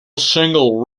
single